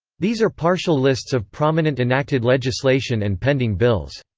these are partial lists of prominent enacted legislation and pending bills.